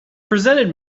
presented